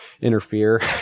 interfere